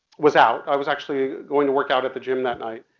was out. i was actually going to work out at the gym that night.